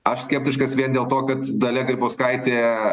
aš skeptiškas vien dėl to kad dalia grybauskaitė